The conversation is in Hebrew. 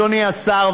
אדוני השר,